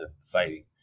fighting